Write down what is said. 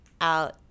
out